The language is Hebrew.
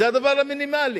זה הדבר המינימלי.